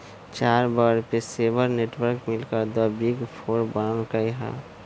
चार बड़ पेशेवर नेटवर्क मिलकर द बिग फोर बनल कई ह